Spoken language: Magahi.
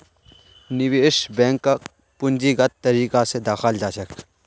निवेश बैंकक पूंजीगत तरीका स दखाल जा छेक